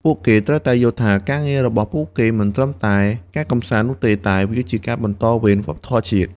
ពួកគេត្រូវតែយល់ថាការងាររបស់ពួកគេមិនមែនត្រឹមតែការកម្សាន្តនោះទេ តែជាការបន្តវេនវប្បធម៌ជាតិ។